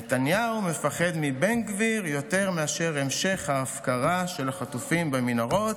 נתניהו מפחד מבן גביר יותר מאשר מהמשך ההפקרה של החטופים במנהרות.